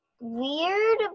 weird